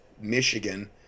michigan